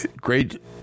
great